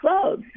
clothes